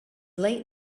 late